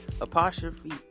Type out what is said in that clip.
apostrophe